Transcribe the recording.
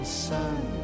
sun